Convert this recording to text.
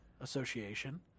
Association